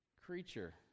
creature